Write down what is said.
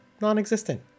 non-existent